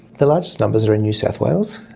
the largest numbers are in new south wales.